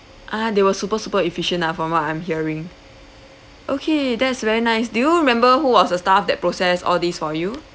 ah they were super super efficient lah from what I'm hearing okay that's very nice do you remember who was the staff that processed all these for you